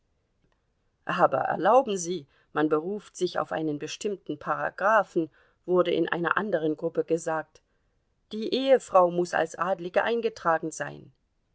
aber erlauben sie man beruft sich auf einen bestimmten paragraphen wurde in einer anderen gruppe gesagt die ehefrau muß als adlige eingetragen sein